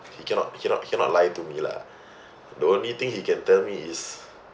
he cannot cannot cannot lie to me lah the only thing he can tell me is